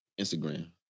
Instagram